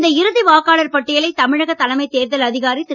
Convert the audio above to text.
இந்த இறுதி வாக்காளர் பட்டியலை தமிழக தலைமை தேர்தல் அதிகாரி திரு